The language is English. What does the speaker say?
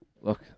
look